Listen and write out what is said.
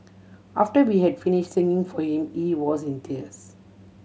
after we had finished singing for him he was in tears